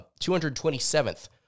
227th